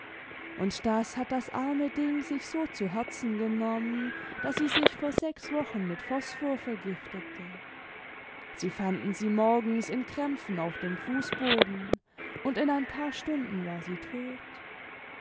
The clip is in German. und das hat das arme ding sich so zu herzen genommen daß sie sich vor sechs wochen mit phosphor vergiftete sie fanden sie morgens in krämpfen auf dem fußboden und in ein paar stunden war sie tot